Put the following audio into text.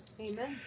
Amen